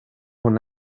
hon